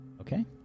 okay